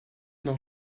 noch